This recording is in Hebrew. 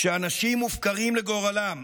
כשאנשים מופקרים לגורלם,